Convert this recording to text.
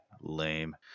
lame